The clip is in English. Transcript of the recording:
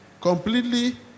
completely